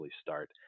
start